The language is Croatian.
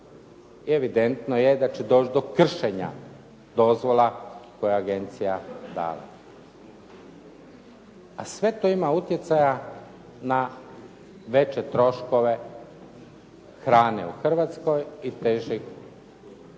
evidentno je da će doći do kršenja dozvola koje je agencija dala. A sve to ima utjecaja na veće troškove hrane u Hrvatskoj i težeg uvjeta